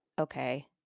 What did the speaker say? okay